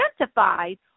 identified